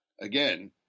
again –